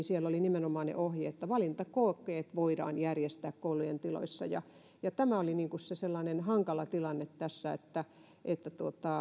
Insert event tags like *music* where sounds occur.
*unintelligible* siellä oli nimenomaan ne ohjeet että valintakokeet voidaan järjestää koulujen tiloissa ja ja tämä oli se se sellainen hankala tilanne tässä että että